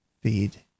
feed